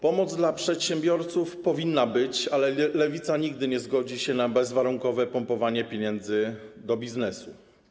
Pomoc dla przedsiębiorców powinna być, ale Lewica nigdy nie zgodzi się na bezwarunkowe pompowanie pieniędzy do biznesu.